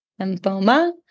lymphoma